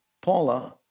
Paula